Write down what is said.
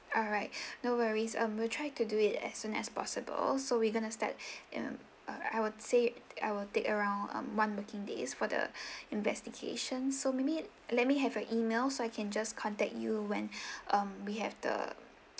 alright no worries um we'll try to do it as soon as possible so we going to start um uh I would say I will take around um one working days for the investigation so maybe let me have your email so I can just contact you when um we have the